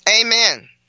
Amen